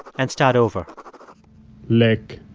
and start over leg,